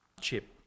Chip